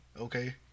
Okay